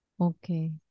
Okay